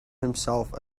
himself